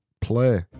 Play